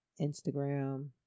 Instagram